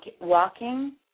walking